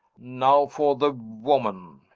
now for the woman!